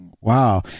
wow